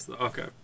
okay